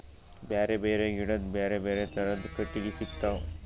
ಬ್ಯಾರೆ ಬ್ಯಾರೆ ಗಿಡದ್ ಬ್ಯಾರೆ ಬ್ಯಾರೆ ಥರದ್ ಕಟ್ಟಗಿ ಸಿಗ್ತವ್